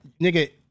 nigga